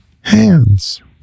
hands